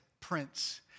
prince